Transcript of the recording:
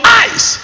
eyes